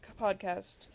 podcast